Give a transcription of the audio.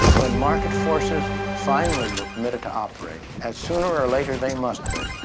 when market forces finally were permitted to operate, as sooner or later they must be,